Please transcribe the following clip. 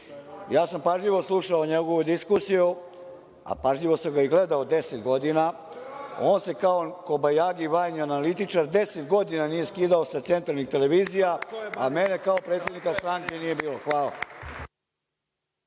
jeste. Pažljivo sam slušao njegovu diskusiju, a pažljivo sam ga i gledao deset godina. On se kao kobajagi, vajni analitičar, deset godina nije skidao sa centralnih televizija, a mene kao predsednika stranke nije bilo. Hvala.